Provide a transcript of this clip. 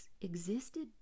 existed